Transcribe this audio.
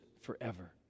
forever